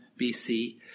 BC